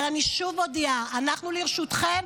אבל אני שוב מודיעה: אנחנו לרשותכן.